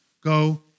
Go